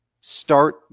start